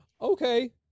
Okay